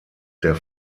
der